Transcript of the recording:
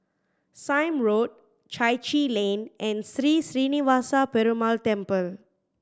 Sime Road Chai Chee Lane and Sri Srinivasa Perumal Temple